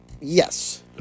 Yes